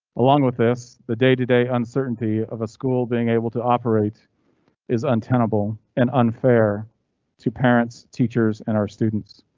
along with this, the day-to-day uncertainty of a school being able to operate is untenable and unfair to parents, teachers, and our students.